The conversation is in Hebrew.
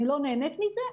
אני לא נהנית מזה,